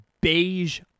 beige